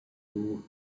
two